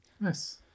Nice